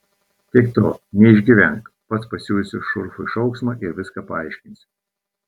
tiek to neišgyvenk pats pasiųsiu šurfui šauksmą ir viską paaiškinsiu